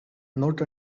not